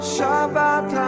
Shabbat